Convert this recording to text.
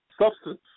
substance